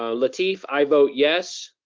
um lateef, i vote yes,